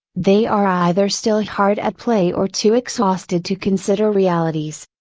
they are either still hard at play or too exhausted to consider realities.